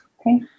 okay